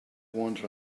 wander